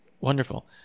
Wonderful